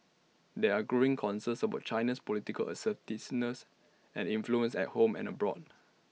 there are growing concerns about China's political assertiveness and influence at home and abroad